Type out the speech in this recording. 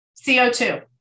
CO2